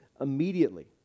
immediately